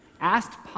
asked